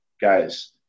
guys